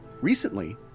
Recently